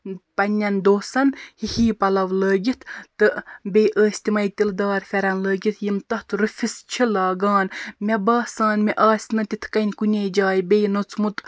پَنٕنین دوسَن ہِوِی پَلو لٲگِتھ تہٕ بیٚیہِ ٲسۍ تِمَے تِلہٕ دار پیھرن لٲگِتھ یِم تَتھ روٚفِس چھِ لاگان مےٚ باسان مےٚ آسہِ نہٕ تِتھٕ کٔنۍ کُنی جایہِ بیٚیہِ نوٚژمُت